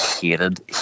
Hated